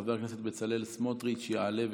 חבר הכנסת בצלאל סמוטריץ' יעלה ויבוא.